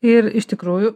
ir iš tikrųjų